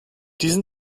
diesen